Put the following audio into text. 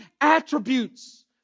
attributes